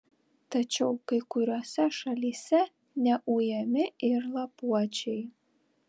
tačiau kai kuriose šalyse neujami ir lapuočiai